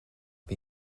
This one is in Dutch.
wie